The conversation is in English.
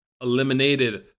eliminated